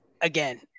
Again